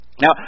Now